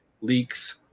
leaks